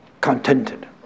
contented